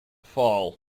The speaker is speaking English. fall